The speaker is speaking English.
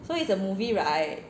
so it's a movie right